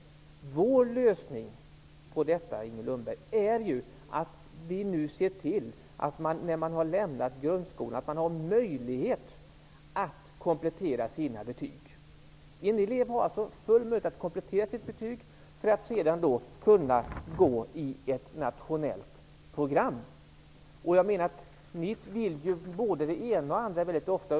Vår lösning är ju att vi nu ser till att eleverna har möjlighet att komplettera sina betyg när de har lämnat grundskolan. En elev har alltså full möjlighet att komplettera sina betyg, för att sedan gå i ett nationellt program. Ni socialdemokrater vill ju ofta både det ena och det andra.